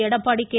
Edappadi K